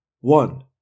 One